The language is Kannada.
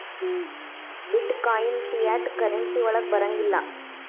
ಬಿಟ್ ಕಾಯಿನ್ ಫಿಯಾಟ್ ಕರೆನ್ಸಿ ವಳಗ್ ಬರಂಗಿಲ್ಲಾ